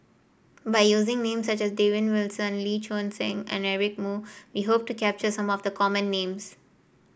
by using names such as David Wilson Lee Choon Seng and Eric Moo we hope to capture some of the common names